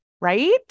right